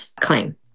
claim